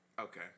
Okay